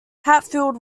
hatfield